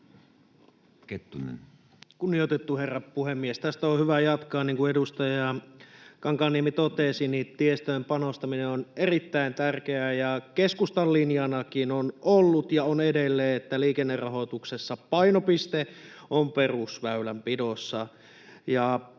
Kunnioitettu herra puhemies! Tästä on hyvä jatkaa. — Niin kuin edustaja Kankaanniemi totesi, tiestöön panostaminen on erittäin tärkeää. Keskustan linjana on ollut ja on edelleen, että liikennerahoituksessa painopiste on perusväylänpidossa,